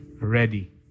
ready